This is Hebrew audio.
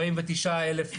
49,000,